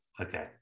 Okay